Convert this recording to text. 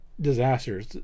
Disasters